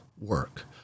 work